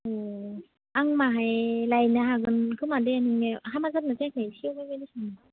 ए आं माहाय लायनो हागोन खोमा दे हामा जादों ना जायाखै